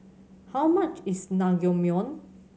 how much is Naengmyeon